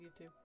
YouTube